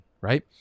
Right